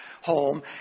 home